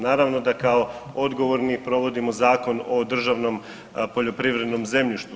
Naravno da kao odgovorni provodimo Zakon o državnom poljoprivrednom zemljištu.